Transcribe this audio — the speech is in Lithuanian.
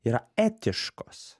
yra etiškos